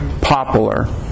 popular